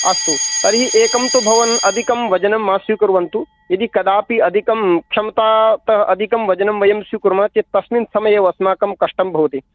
अस्तु तर्हि एकं तु भवान् अधिकं वजनं मा स्वीकुर्वन्तु यदि कदापि अधिकं क्षमतातः अधिकं वजनं वयं स्वीकुर्मः चेत् तस्मिन् समये अस्माकं कष्टं भवति